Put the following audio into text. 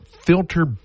filter